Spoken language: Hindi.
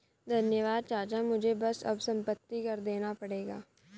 धन्यवाद चाचा मुझे बस अब संपत्ति कर देना पड़ेगा